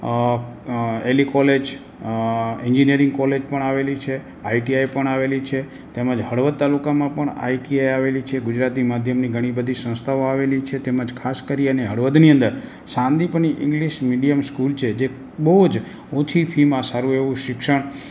અં અં એલી કોલેજ અ એન્જિનિયરિંગ કોલેજ પણ આવેલી છે આઇ ટી આઇ પણ આવેલી છે તેમજ હળવદ તાલુકામાં પણ આઇ ટી આઇ આવેલી છે ગુજરાતી માધ્યમની ઘણી બધી સંસ્થાઓ આવેલી છે તેમજ ખાસ કરી અને હળવદની અંદર સાંદિપની ઇંગ્લિશ મીડિયમ સ્કૂલ છે જે બહુ જ ઓછી ફીમાં સારું એવું શિક્ષણ